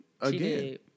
again